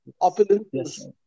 opulence